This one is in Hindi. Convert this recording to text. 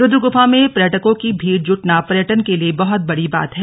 रुद्र गुफा में पर्यटकों की भीड़ जुटना पर्यटन के लिए बहुत बड़ी बात है